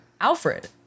Alfred